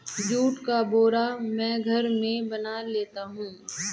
जुट का बोरा मैं घर में बना लेता हूं